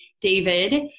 David